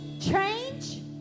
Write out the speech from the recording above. change